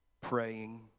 praying